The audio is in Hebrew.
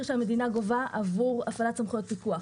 שהמדינה גובה עבור הפעלת סמכויות פיקוח.